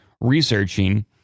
researching